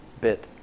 bit